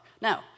Now